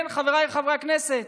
כן, חבריי חברי הכנסת,